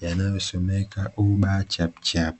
yanayosomeka "Uber Chapchap".